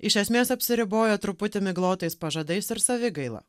iš esmės apsiribojo truputį miglotais pažadais ar savigaila